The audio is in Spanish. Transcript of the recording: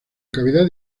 cavidad